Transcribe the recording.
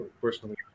personally